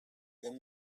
then